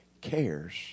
cares